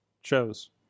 shows